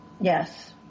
Yes